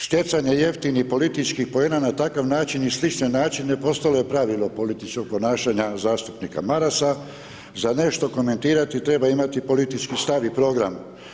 Stjecanje jeftinih političkih poena na takav način i slične načine postalo je pravilo političkog ponašanja zastupnika Marasa, za nešto komentirati treba imati politički stav i program.